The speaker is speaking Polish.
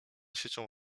siecią